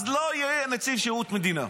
אז לא יהיה נציב שירות המדינה.